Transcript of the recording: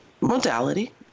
modality